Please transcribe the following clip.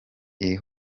iri